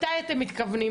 מתי אתם מתכוונים?